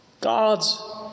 God's